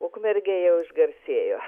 ukmergė jau išgarsėjo